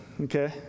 okay